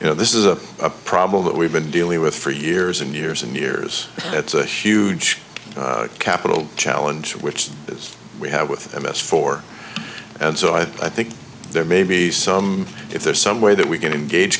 you know this is a problem that we've been dealing with for years and years and years it's a huge capital challenge which is we have with a mess for and so i think there may be some if there's some way that we can engage